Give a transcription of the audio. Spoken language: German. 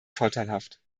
vorteilhaft